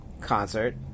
concert